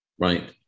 Right